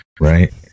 right